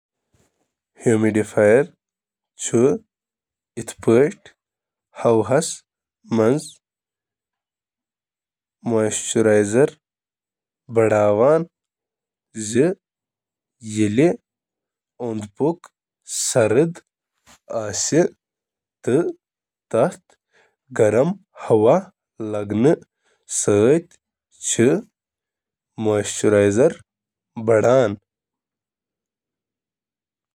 نمی وٲلۍ چھِ تِم آلات یِم ہوہَس منٛز نمی بڑاوان چھِ تاکہِ خۄشٕک گژھنہٕ نِش رُکاونہٕ یِم جسمہٕ کٮ۪ن واریٛاہَن حصَن منٛز جلن ہُنٛد سبب بٔنِتھ ہٮ۪کَن۔